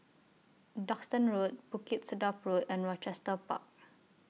Duxton Road Bukit Sedap Road and Rochester Park